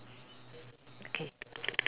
okay